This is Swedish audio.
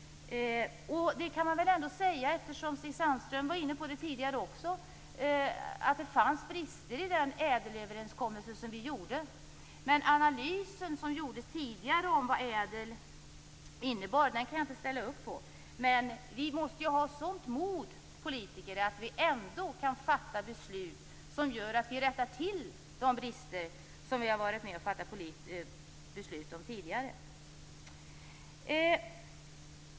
Man kan väl ändå säga - eftersom Stig Sandström också var inne på det tidigare - att det fanns brister i den ädelöverenskommelse vi gjorde. Den analys av vad ädel innebar som gjordes tidigare kan jag inte ställa upp på. Vi politiker måste ha ett sådant mod att vi ändå kan fatta beslut som gör att vi rättar till de brister som vi har fattat beslut om tidigare.